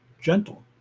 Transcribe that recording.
gentle